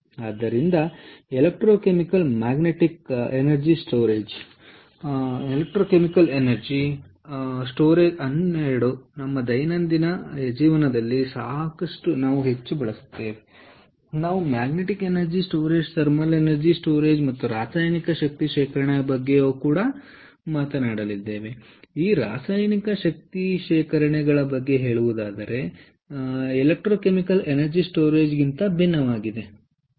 ಆದ್ದರಿಂದ electrochemical energy storage 12 ನಮ್ಮ ದೈನಂದಿನ ಜೀವನದಲ್ಲಿ ನಾವು ಹೆಚ್ಚು ಬಳಸುತ್ತೇವೆ ನಾವು magnetic energy storage thermal energy storage ಮತ್ತು ರಾಸಾಯನಿಕ ಶಕ್ತಿ ಶೇಖರಣೆಯ ಬಗ್ಗೆ ಮಾತನಾಡಲಿದ್ದೇವೆ ಈ ರಾಸಾಯನಿಕ ಶಕ್ತಿ ಶೇಖರಣೆಯು ಎಲೆಕ್ಟ್ರೋಕೆಮಿಕಲ್ ಎನರ್ಜಿ ಸ್ಟೋರೇಜ್ಗಿಂತ ಮನಸ್ಸು ಭಿನ್ನವಾಗಿದೆ ಸರಿ